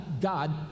God